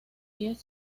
pies